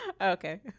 Okay